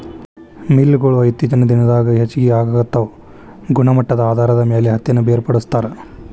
mill ಗೊಳು ಇತ್ತೇಚಿನ ದಿನದಾಗ ಹೆಚಗಿ ಆಗಾಕತ್ತಾವ ಗುಣಮಟ್ಟದ ಆಧಾರದ ಮ್ಯಾಲ ಹತ್ತಿನ ಬೇರ್ಪಡಿಸತಾರ